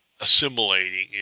assimilating